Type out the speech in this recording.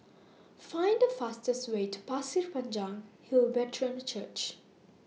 Find The fastest Way to Pasir Panjang Hill Brethren Church